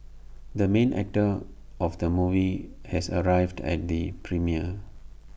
the main actor of the movie has arrived at the premiere